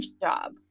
job